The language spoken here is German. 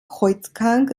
kreuzgang